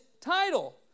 title